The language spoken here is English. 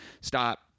stop